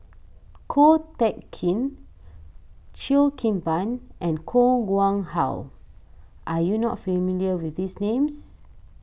Ko Teck Kin Cheo Kim Ban and Koh Nguang How are you not familiar with these names